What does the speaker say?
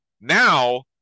now